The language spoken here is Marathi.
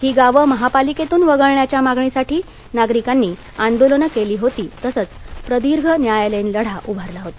ही गावं महापालिकेतून वगळण्याच्या मागणीसाठी नागरिकांनी आंदोलनं केली होती तसंच प्रदीर्घ न्यायालयीन लढा उभारला होता